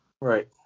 Right